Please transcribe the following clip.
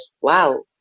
wow